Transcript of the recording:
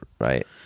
right